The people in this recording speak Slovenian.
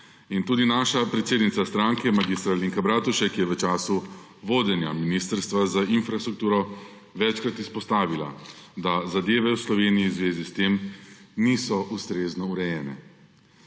Tudi naša predsednica stranke mag. Alenka Bratušek je v času vodenja Ministrstva za infrastrukturo večkrat izpostavila, da zadeve v Sloveniji v zvezi s tem niso ustrezno urejene.